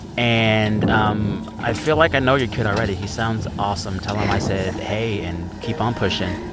and um i feel like i know your kid already. he sounds awesome. tell him i said hey, and keep on pushing